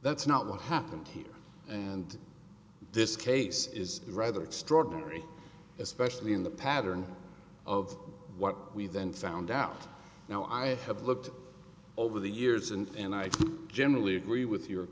that's not what happened here and this case is rather extraordinary especially in the pattern of what we then found out now i have looked over the years and i generally agree with your